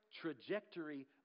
trajectory